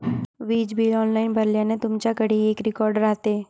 वीज bill online भरल्याने, तुमच्याकडेही एक रेकॉर्ड राहते